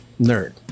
nerd